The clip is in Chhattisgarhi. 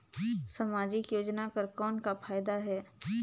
समाजिक योजना कर कौन का फायदा है?